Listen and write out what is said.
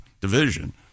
division